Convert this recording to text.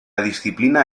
disciplina